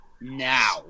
now